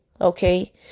okay